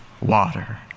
water